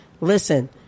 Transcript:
listen